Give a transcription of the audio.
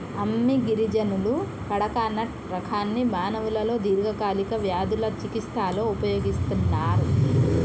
అమ్మి గిరిజనులు కడకనట్ రకాన్ని మానవులలో దీర్ఘకాలిక వ్యాధుల చికిస్తలో ఉపయోగిస్తన్నరు